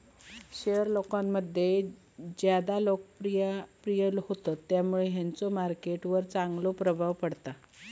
share लोकांमध्ये ज्यादा लोकप्रिय होतत त्यामुळे त्यांचो मार्केट वर चांगलो प्रभाव पडता